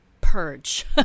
purge